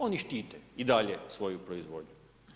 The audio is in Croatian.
Oni štite i dalje svoju proizvodnju.